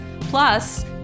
Plus